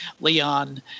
Leon